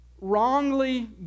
wrongly